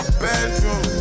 bedroom